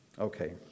Okay